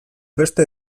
beste